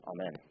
Amen